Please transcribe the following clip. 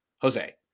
Jose